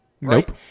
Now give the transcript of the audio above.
Nope